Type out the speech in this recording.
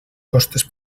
costes